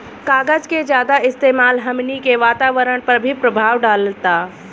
कागज के ज्यादा इस्तेमाल हमनी के वातावरण पर भी प्रभाव डालता